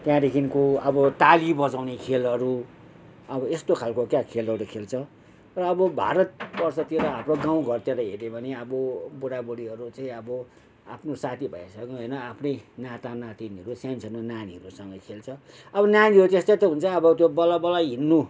त्यहाँदेखिको अब ताली बजाउने खेलहरू अब यस्तो खालको क्या खेलहरू खेल्छ र अब भारत वर्षतिर हाम्रो गाउँ घरतिर हेऱ्यो भने अब बुढी बुढीहरू चाहिँ अबबो आफ्नो साथी भाइसँग होइन आफ्नै नाता नातिनीहरू स्यान स्यानो नानीहरू सग खेल्छ अब नानीहरू त्यस्तै त हुन्छ अब बल्ल बल्ल हिँड्नु